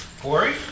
Corey